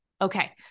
Okay